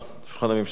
שולחן הממשלה,